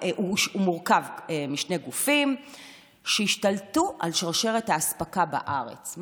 מורכב משני גופים שהשתלטו על שרשרת האספקה בארץ,